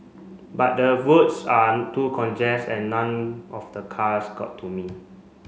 but the roads are too congest and none of the cars got to me